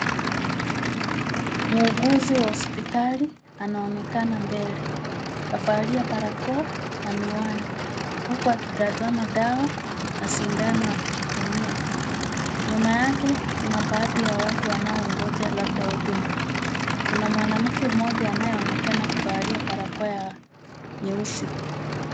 Muuguzi wa hospitali anaonekana mbele, kavalia barakoa na miwani huku akitazama dawa na shindano akikitumia, nyuma yake kuna baadhi ya watu wanaoongoja labda huduma. Kuna mwanamke mmoja anayeonekana kuvalia barakoa ya nyeusi.